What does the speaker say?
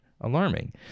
alarming